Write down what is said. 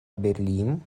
berlim